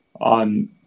on